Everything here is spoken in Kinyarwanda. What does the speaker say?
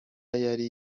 yari